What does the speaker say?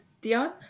Dion